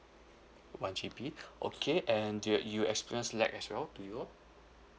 one G_B okay and do your you experience lag as well do you all